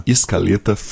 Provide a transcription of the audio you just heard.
Escaleta